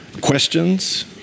questions